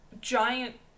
giant